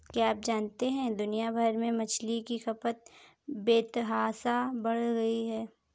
क्या आप जानते है दुनिया भर में मछली की खपत बेतहाशा बढ़ गयी है?